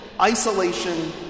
isolation